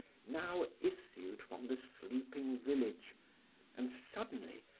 now issued from the sleeping village and suddenly,